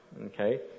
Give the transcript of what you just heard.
okay